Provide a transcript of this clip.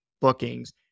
bookings